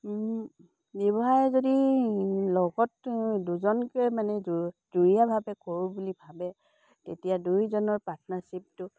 ব্যৱসায় যদি লগত দুজনকে মানে জুৰীয়াভাৱে কৰোঁ বুলি ভাবে তেতিয়া দুইজনৰ পাৰ্টনাৰশ্বিপটো